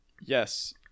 Yes